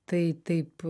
tai taip